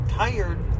tired